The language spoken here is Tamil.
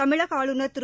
தமிழக ஆளுநர் திரு